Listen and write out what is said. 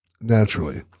naturally